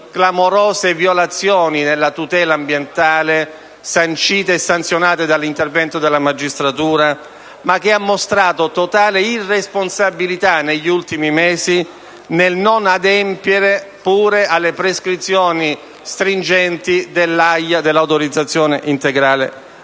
clamorose violazioni della tutela ambientale sanzionate dall'intervento della magistratura, ma che ha mostrato totale irresponsabilità negli ultimi mesi non adempiendo neppure alle prescrizioni stringenti dell'autorizzazione integrata